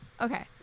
Okay